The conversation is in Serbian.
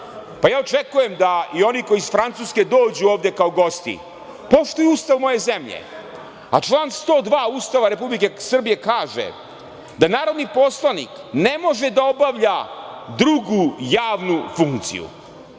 pa ja očekujem da i oni koji iz Francuske dođu ovde kao gosti poštuju Ustav moje zemlje, a član 102. Ustava Republike Srbije kaže da narodni poslanik ne može da obavlja drugu javnu funkciju.